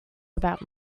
about